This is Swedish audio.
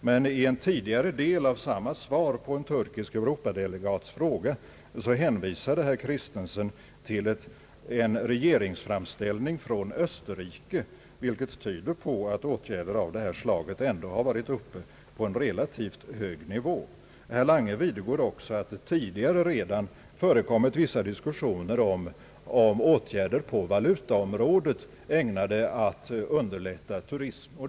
Men i en tidigare del av samma svar på en turkisk delegats fråga hänvisade herr Kristensen till en regeringsframställning från Österrike, vilket tyder på att åtgärder av detta slag ändå har varit uppe på en relativt hög nivå. Herr Lange vidgår också att det tidigare redan förekommit vissa diskussioner om åtgärder på valutaområdet, ägnade att underlätta turismen.